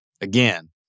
again